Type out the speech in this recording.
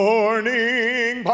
Morning